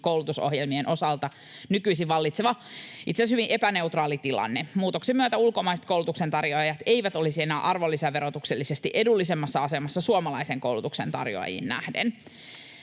MBA-koulutusohjelmien osalta nykyisin vallitseva, itse asiassa hyvin epäneutraali tilanne. Muutoksen myötä ulkomaiset koulutuksentarjoajat eivät olisi enää arvonlisäverotuksellisesti edullisemmassa asemassa suomalaisen koulutuksen tarjoajiin nähden.